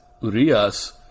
Urias